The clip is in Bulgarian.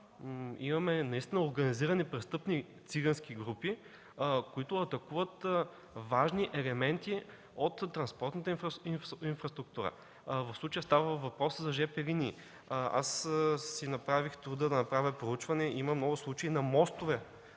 имаме наистина организирани престъпни цигански групи, които атакуват важни елементи от транспортната инфраструктура. В случая става въпрос за жп линии. Аз си направих труда да направя проучване. Има много случаи на мостове,